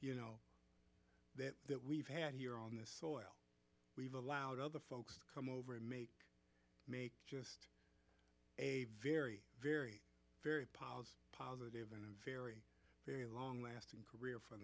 you know that that we've had here on this soil we've allowed other folks to come over and make make just a very very very positive and a very very long lasting career for